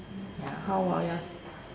ya how about yours